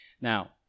Now